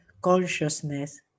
consciousness